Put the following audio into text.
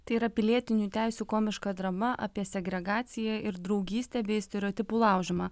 tai yra pilietinių teisių komiška drama apie segregaciją ir draugystę bei stereotipų laužymą